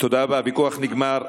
תודה רבה, הוויכוח נגמר.